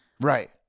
Right